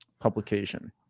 publication